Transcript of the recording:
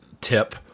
tip